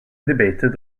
debated